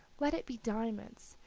let it be diamonds,